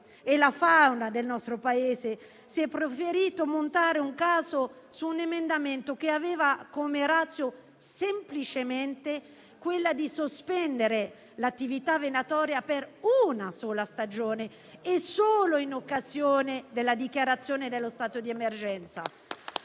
e la fauna del nostro Paese, si è preferito montare un caso su un emendamento che aveva come *ratio* semplicemente quella di sospendere l'attività venatoria per una sola stagione e solo in occasione della dichiarazione dello stato di emergenza.